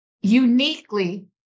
uniquely